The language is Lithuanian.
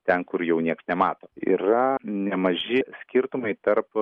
ten kur jau nieks nemato yra nemaži skirtumai tarp